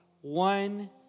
one